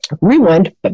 rewind